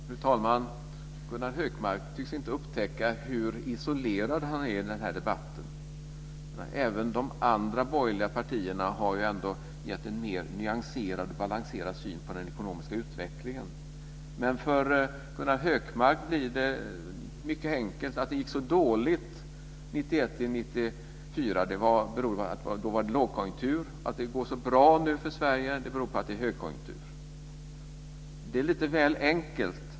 Fru talman! Gunnar Hökmark tycks inte upptäcka hur isolerad han är i den här debatten. De andra borgerliga partierna har ändå gett en mer nyanserad och balanserad syn på den ekonomiska utvecklingen. För Gunnar Hökmark blir det mycket enkelt, nämligen att orsaken till att det gick så dåligt 1991 till 1994 är att det då var lågkonjunktur och att det går så bra nu för Sverige beror på att det är högkonjunktur. Det är lite väl enkelt.